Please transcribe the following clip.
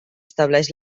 estableix